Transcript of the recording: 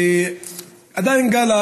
עדיין גל,